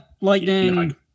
lightning